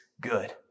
good